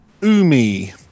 Umi